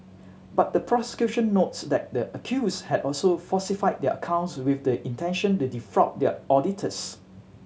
but the prosecution notes that the accused had also falsified their accounts with the intention to defraud their auditors